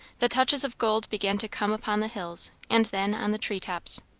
the touches of gold began to come upon the hills and then on the tree-tops.